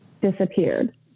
disappeared